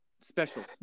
special